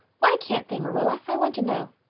why can't they, marilla? i want to know.